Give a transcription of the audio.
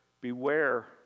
Beware